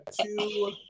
two